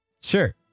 Sure